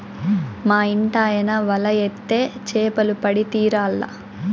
మా ఇంటాయన వల ఏత్తే చేపలు పడి తీరాల్ల